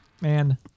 Man